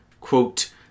quote